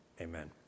amen